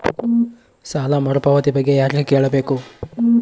ಸಾಲ ಮರುಪಾವತಿ ಬಗ್ಗೆ ಯಾರಿಗೆ ಕೇಳಬೇಕು?